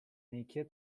nicchie